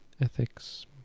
Ethics